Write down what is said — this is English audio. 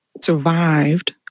survived